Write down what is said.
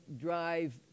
drive